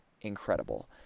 Incredible